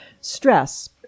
Stress